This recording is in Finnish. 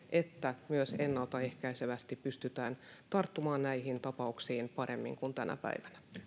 että myös ennalta ehkäisevästi pystytään tarttumaan näihin tapauksiin paremmin kuin tänä päivänä